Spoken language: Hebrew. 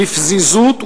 בפזיזות,